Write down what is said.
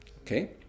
Okay